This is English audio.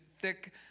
thick